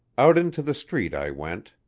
out into the street i went.